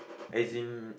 as in